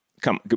Come